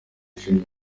ishuri